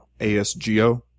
ASGO